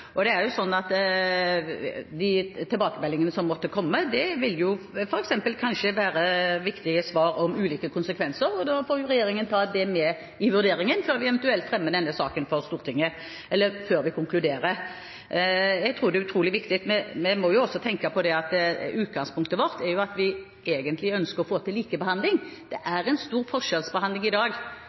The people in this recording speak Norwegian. De tilbakemeldingene som måtte komme, vil f.eks. kanskje gi viktige svar om ulike konsekvenser, og da får regjeringen ta det med i vurderingen før vi eventuelt fremmer denne saken for Stortinget, eller før vi konkluderer. Vi må også tenke på at utgangspunktet vårt er at vi ønsker å få til likebehandling. Det er en stor forskjellsbehandling i dag.